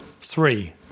Three